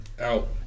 Out